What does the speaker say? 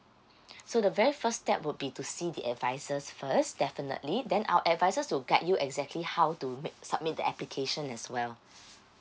so the very first step would be to see the advisors first definitely then our advisors will guide you exactly how to make submit the application as well